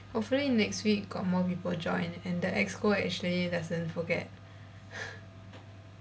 hopefully next week got more people join and the exco actually doesn't forget